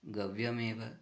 गव्यस्येव